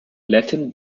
latin